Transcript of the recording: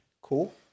cool